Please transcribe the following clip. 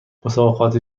مسابقات